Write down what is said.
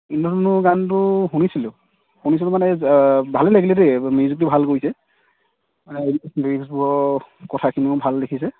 ইন্দ্ৰধনুৰ গানটো শুনিছিলোঁ শুনিছিলোঁ মানে ভালেই লাগিলে দেই মিউজিকটো ভাল কৰিছে লিৰিক্সবোৰৰ কথাখিনিও ভাল লিখিছে